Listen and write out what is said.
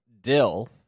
dill